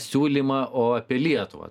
siūlymą o apie lietuvą